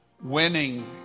winning